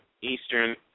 Eastern